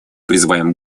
призываем